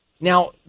Now